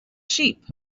sheep